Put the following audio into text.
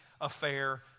affair